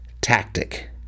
tactic